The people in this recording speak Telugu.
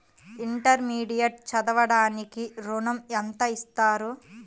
ఇంటర్మీడియట్ చదవడానికి ఋణం ఎంత ఇస్తారు?